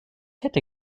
hätte